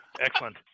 excellent